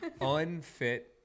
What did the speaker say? unfit